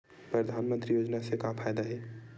परधानमंतरी योजना से का फ़ायदा हे?